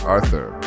Arthur